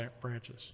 branches